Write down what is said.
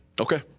Okay